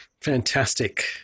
Fantastic